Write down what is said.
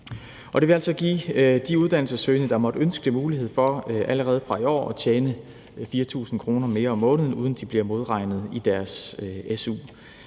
Det vil altså give de uddannelsessøgende, der måtte ønske det, mulighed for allerede fra i år at tjene 4.000 kr. mere om måneden, uden at de bliver modregnet i deres su.